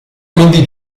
quindi